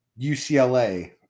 UCLA